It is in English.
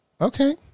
Okay